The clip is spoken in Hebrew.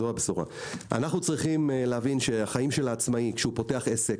אנחנו צריכים להבין שהחיים של העצמאי כשפותח עסק,